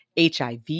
HIV